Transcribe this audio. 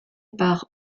par